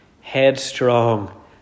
headstrong